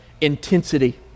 intensity